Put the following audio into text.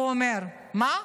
הוא אומר: מה?